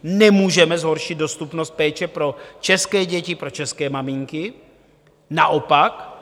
Nemůžeme zhoršit dostupnost péče pro české děti, pro české maminky, naopak.